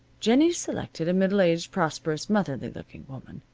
jennie selected a middle-aged, prosperous, motherly looking woman.